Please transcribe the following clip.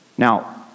Now